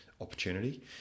opportunity